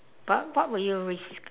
but what will you risk